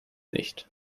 nicht